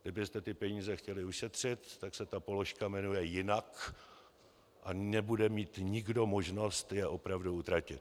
Kdybyste ty peníze chtěli ušetřit, tak se ta položka jmenuje jinak a nebude mít nikdo možnost je opravdu utratit.